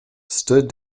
stood